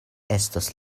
estos